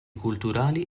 culturali